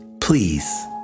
please